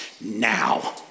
now